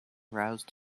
roused